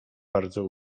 bardzo